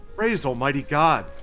praise almighty god!